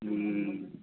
हूँ